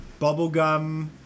Bubblegum